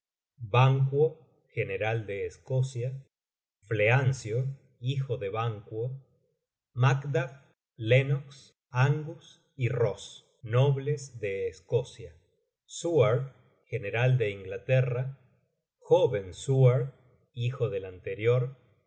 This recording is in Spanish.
banquo general de escocia fleancio hijo de banquo macduff lennox i angus í nobles de escocia ross su ardo general de inglaterra joven suardo hijo del anterior